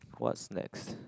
what's next